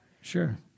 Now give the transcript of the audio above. Sure